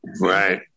right